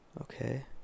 okay